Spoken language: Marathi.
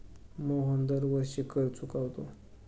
मोहन दरवर्षी कर चुकवतो